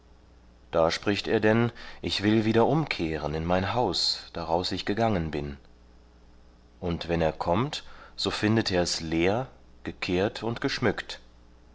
da spricht er denn ich will wieder umkehren in mein haus daraus ich gegangen bin und wenn er kommt so findet er's leer gekehrt und geschmückt